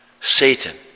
Satan